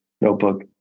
notebook